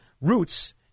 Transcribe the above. roots